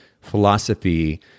philosophy